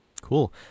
Cool